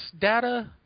data